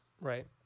Right